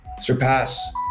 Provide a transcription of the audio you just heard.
surpass